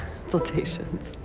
consultations